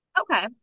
Okay